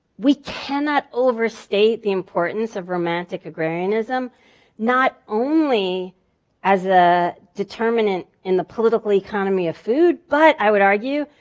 we cannot overstate the importance of romantic agrarianism not only as a determinant in the political economy of food but i would argue,